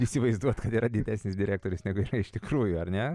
įsivaizduot kad yra didesnis direktorius negu iš tikrųjų ar ne